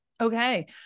Okay